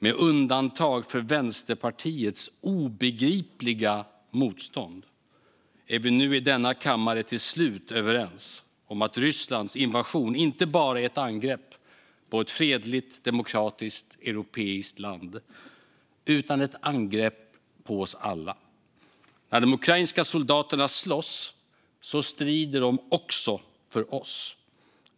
Med undantag för Vänsterpartiets obegripliga motstånd är vi i denna kammare till slut överens om att Rysslands invasion inte bara är ett angrepp på ett fredligt, demokratiskt, europeiskt land utan ett angrepp på oss alla. När de ukrainska soldaterna slåss strider de också för oss.